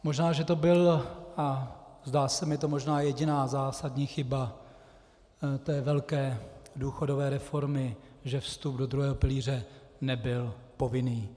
Možná že to byla, a zdá se mi to, jediná zásadní chyba té velké důchodové reformy, že vstup do druhého pilíře nebyl povinný.